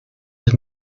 was